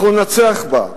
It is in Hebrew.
אנחנו ננצח בה,